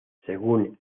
según